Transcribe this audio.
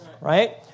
right